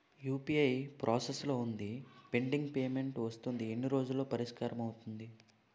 UPI process లో వుంది pending payment వస్తుంది ఎన్ని రోజుల్లో పరిష్కారం అవుతుంది